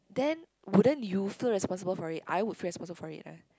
then wouldn't you feel responsible for it I would feel responsible for it eh